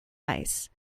ice